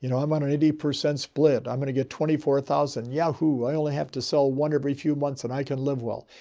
you know i'm on an eighty percent split. i'm going to get twenty four thousand. yahoo! i only have to sell one every few months and i can live well.